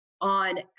on